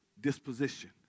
disposition